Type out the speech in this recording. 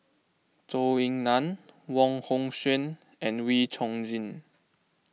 Zhou Ying Nan Wong Hong Suen and Wee Chong Jin